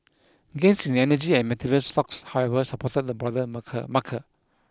gains in energy and materials stocks however supported the broader marker marker